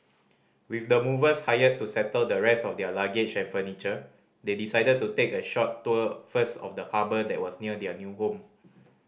with the movers hired to settle the rest of their luggage and furniture they decided to take a short tour first of the harbour that was near their new home